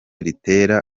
ritera